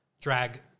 drag